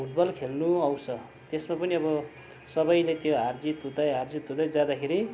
football खेल्न आउँछ त्यसमा पनि अब सबैले त्यो हार जित हार जित हुँदै जाँदाखेरि